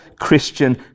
Christian